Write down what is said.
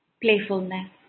playfulness